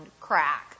crack